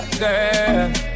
girl